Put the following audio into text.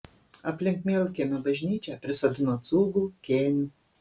aplink mielkiemio bažnyčią prisodino cūgų kėnių